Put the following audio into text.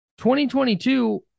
2022